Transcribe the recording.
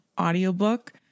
audiobook